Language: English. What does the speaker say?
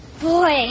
Boy